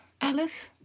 Alice